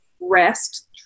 rest